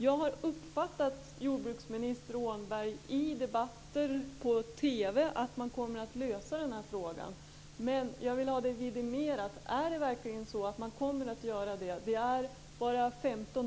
Jag har uppfattat jordbruksminister Annika Åhnberg i debatter i TV så, att man kommer att lösa den här frågan. Men jag vill ha det vidimerat. Kommer man verkligen att göra det? Det är bara 15